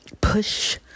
push